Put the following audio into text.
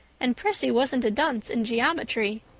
and prissy wasn't a dunce in geometry.